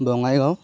Bongaigaon